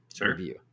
review